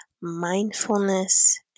mindfulness